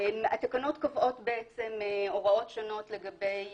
התקנות קובעות הוראות שונות לגבי